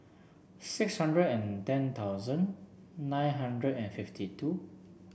six hundred and ten thousand nine hundred and fifty two